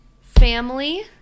family